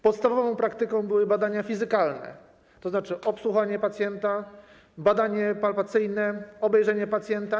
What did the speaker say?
Podstawową praktyką były badania fizykalne, tzn. osłuchanie pacjenta, badanie palpacyjne, obejrzenie pacjenta.